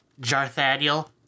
Jarthaniel